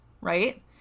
right